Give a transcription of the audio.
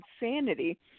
insanity